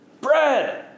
bread